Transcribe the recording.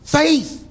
faith